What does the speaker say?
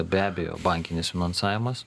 be abejo bankinis finansavimas